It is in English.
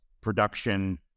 production